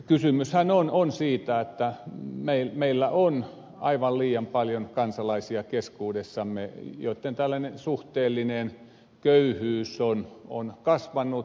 kysymyshän on siitä että meillä on aivan liian paljon kansalaisia keskuudessamme joitten suhteellinen köyhyys on kasvanut